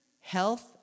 health